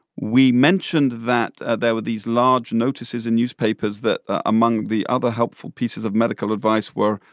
we mentioned that there were these large notices in newspapers that, among the other helpful pieces of medical advice, were,